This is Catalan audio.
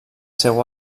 seu